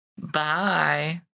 bye